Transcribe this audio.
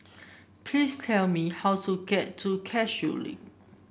please tell me how to get to Cashew Link